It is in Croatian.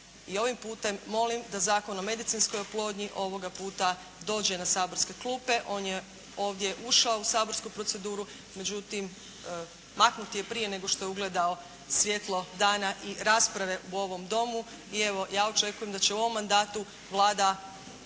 ovim putem molim da Zakon o medicinskoj oplodnji ovoga puta dođe na saborske klupe. On je ovdje ušao u saborsku proceduru, međutim maknut je prije nego što je ugledao svjetlo dana i rasprave u ovom domu. I evo, ja očekujem da će u ovom mandatu Vlada